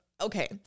okay